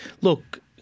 Look